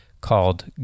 called